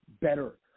better